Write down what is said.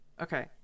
Okay